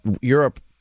Europe